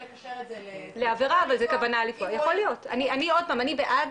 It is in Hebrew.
יכול להיות, עוד הפעם, אני בעד,